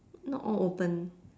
not all open